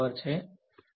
વિદ્યાર્થી